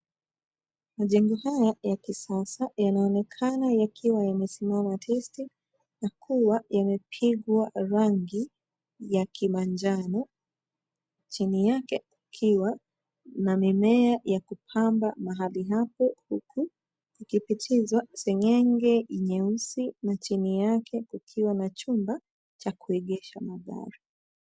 Majengo haya ya kisasa yanaonenekana yakiwa yamesimama tisti na yamepigwa rangi ya kimanjano .Chini yake kukiwa na mimea ya kupamba mahali hapo huku ikipitizwa seng'eng'e nyeusi na chini yake kukiwa na chumba cha kuegesha magari.